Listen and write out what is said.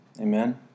Amen